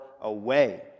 away